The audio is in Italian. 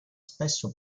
spesso